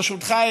ברשותך,